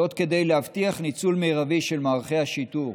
וזאת כדי להבטיח ניצול מרבי של מערכי השיטור.